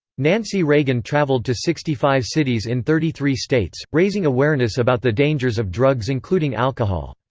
nancy reagan traveled to sixty five cities in thirty three states, raising awareness about the dangers of drugs including alcohol.